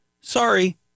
Sorry